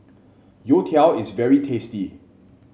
youtiao is very tasty